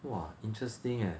!wah! interesting eh